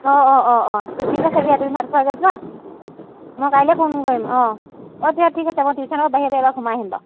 অঁ অঁ অঁ ঠিক আছে দিয়া তুমি ভাত খোৱাগৈ যোৱা মই কাইলৈ ফোন কৰিম অঁ অঁ দিয়া ঠিক আছে মই টিউশ্যনৰ পৰা বাহিৰে বাহিৰে সোমাই আহিম বাৰু